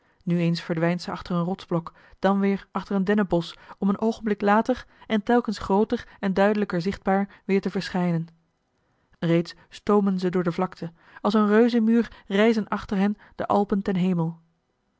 nu eens verdwijnt eli heimans willem roda ze achter een rotsblok dan weer achter een dennenbosch om een oogenblik later en telkens grooter en duidelijker zichtbaar weer te verschijnen reeds stoomen ze door de vlakte als een reuzenmuur rijzen achter hen de alpen ten hemel